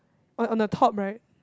on on the top right